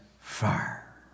fire